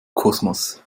kosmos